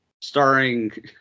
starring